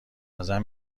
ازم